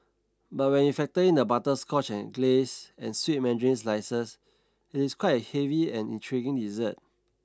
but when you factor in the butterscotch glace and sweet mandarin slices it is quite a heavy and intriguing dessert